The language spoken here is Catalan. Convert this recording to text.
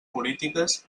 polítiques